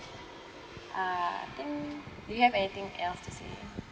uh I think do you have anything else to say